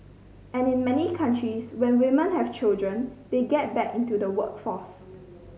and in many countries when women have children they get back into the workforce